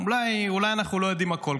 אולי אנחנו לא יודעים הכול.